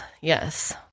Yes